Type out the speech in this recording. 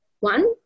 One